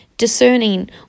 discerning